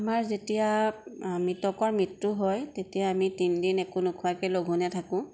আমাৰ যেতিয়া মৃতকৰ মৃত্য়ু হয় তেতিয়া আমি তিনিদিন একো নোখোৱাকে লঘোণে থাকোঁ